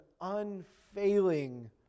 unfailing